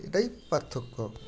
এটাই পার্থক্য